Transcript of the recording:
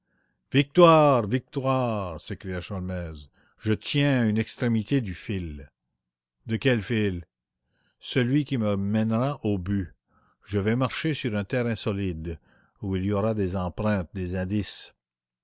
victoire victoire s'écria sholmès je tiens une extrémité du fil de quel fil celui qui me mènera au but je vais marcher sur un terrain solide où il y aura des empreintes des indices